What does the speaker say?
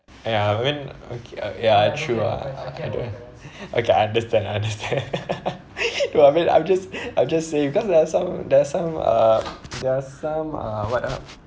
ya when okay ah ya true ah I don't okay I understand I understand well I mean I'm just I'm just saying because there're some there're some uh there's some uh what ah